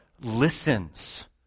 listens